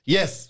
Yes